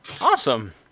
awesome